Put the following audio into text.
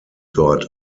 dort